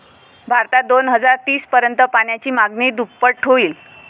भारतात दोन हजार तीस पर्यंत पाण्याची मागणी दुप्पट होईल